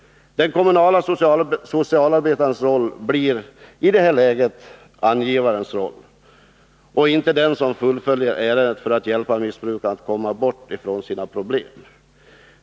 Den kommunala socialarbetarens roll blir angivarens, och han blir inte den som fullföljer ärendet för att hjälpa missbrukaren att komma bort från sina problem.